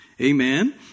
Amen